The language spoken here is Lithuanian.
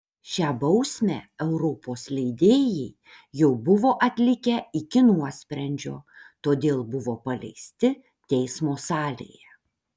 šią bausmę europos leidėjai jau buvo atlikę iki nuosprendžio todėl buvo paleisti teismo salėje